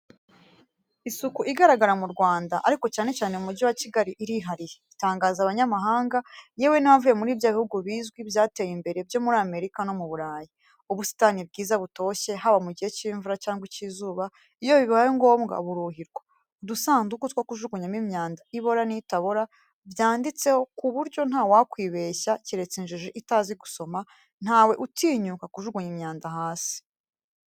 Isuku igaragara mu Rwanda ariko cyane mu Mujyi wa Kigali irihariye, itangaza abanyamahanga, yewe n'abavuye muri bya bihugu bizwi byateye imbere byo muri Amerika no mu Burayi. Ubusitani bwiza butoshye haba mu gihe cy'imvura cyangwa icy'izuba, iyo bibaye ngombwa buruhirwa. Udusanduku two kujunyamo imyanda ibora n'itabora, byanditseho ku buryo ntawakwibeshya keretse injiji itazi gusoma, ntawe utinyuka kujugunya imyanda hasi.